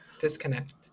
disconnect